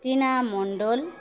Tina Mondal